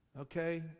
Okay